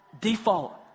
default